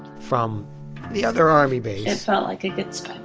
from the other army base it felt like a good spy